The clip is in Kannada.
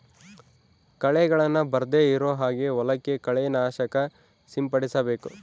ಕಳೆಗಳನ್ನ ಬರ್ದೆ ಇರೋ ಹಾಗೆ ಹೊಲಕ್ಕೆ ಕಳೆ ನಾಶಕ ಸಿಂಪಡಿಸಬೇಕು